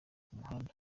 muhanda